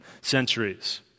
centuries